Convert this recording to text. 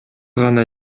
гана